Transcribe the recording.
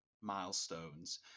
milestones